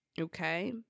Okay